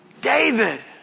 David